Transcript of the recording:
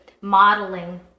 modeling